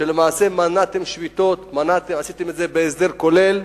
למעשה מנעתם שביתות ועשיתם את זה בהסדר כולל,